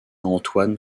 antoine